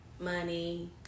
money